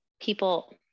people